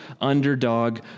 underdog